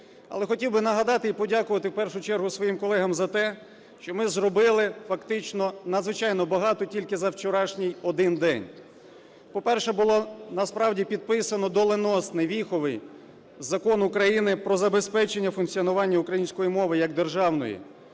Але хотів би нагадати і подякувати, в першу чергу своїм колегам за те, що ми зробили фактично надзвичайно багато тільки за вчорашній один день. По-перше, було насправді підписано доленосний, віховий Закон України "Про забезпечення функціонування української мови як державної",